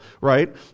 right